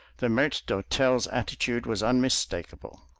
the maitre d'hotel's attitude was unmistakable.